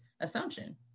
assumption